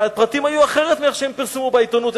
והפרטים היו אחרים ממה שפורסם בעיתונות,